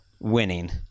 winning